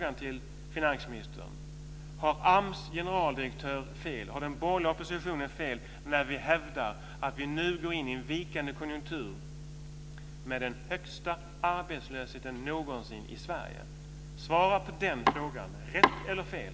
AMS generaldirektör fel och har den borgerliga oppositionen fel när vi hävdar att vi nu går in i en vikande konjunktur med den högsta arbetslösheten någonsin i Sverige? Svara på den frågan! Är det rätt eller fel?